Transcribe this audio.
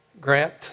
Grant